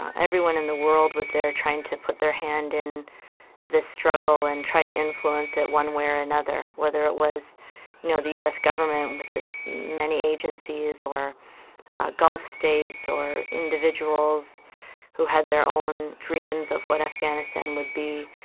everyone in the world was there trying to put their hand in the struggle and try to influence it one way or another, whether it was, you know, the u s. government with its many agencies or gulf states or individuals who had their own dreams of what afghanistan would be.